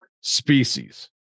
species